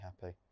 happy